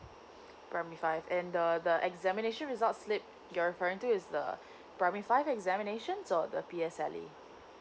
primary five and the the examination result slip you're referring to is the primary five examinations or the P_S_L_E